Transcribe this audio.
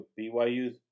BYU